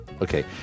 Okay